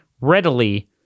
readily